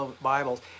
Bibles